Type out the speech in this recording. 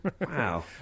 Wow